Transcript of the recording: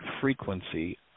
frequency